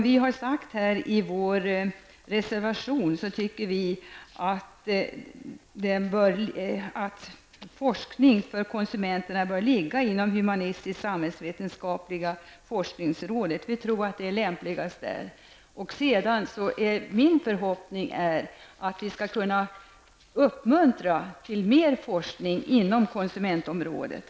Vi säger i vår reservation i detta sammanhang att vi tycker att forskning för konsumenterna bör ligga inom det humanistisksamhällsvetenskapliga forskningsrådets ansvarsområde. Vi tror alltså att det är lämpligast att ha det så. Det är min förhoppning av vi skall kunna uppmuntra till ytterligare forskning inom konsumentområdet.